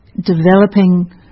developing